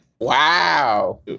Wow